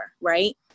right